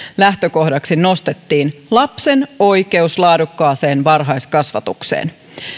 lähtökohdaksi nostettiin lapsen oikeus laadukkaaseen varhaiskasvatukseen